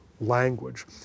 language